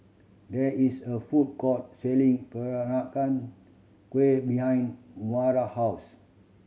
there is a food court selling Peranakan Kueh behind Maura house